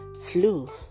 flu